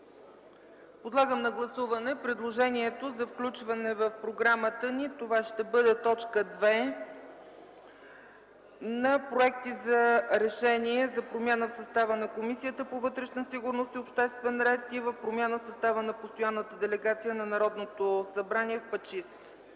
Подлагам на гласуване предложението за включване в програмата ни като т. 2 на проекти за решения за промяна в състава на Комисията по вътрешна сигурност и обществен ред и за промяна в състава на Постоянната делегация на Народното събрание в